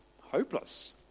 Hopeless